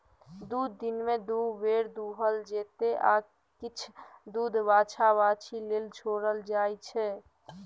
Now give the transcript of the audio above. दुध दिनमे दु बेर दुहल जेतै आ किछ दुध बछ्छा बाछी लेल छोरल जाइ छै